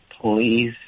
please